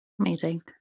amazing